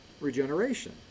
regeneration